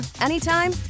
anytime